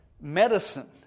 medicine